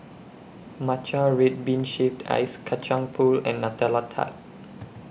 Matcha Red Bean Shaved Ice Kacang Pool and Nutella Tart